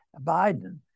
Biden